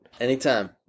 Anytime